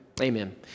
Amen